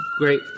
great